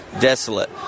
desolate